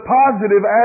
positive